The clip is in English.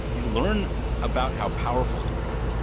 you learn about how powerful you are,